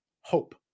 hope